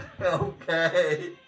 Okay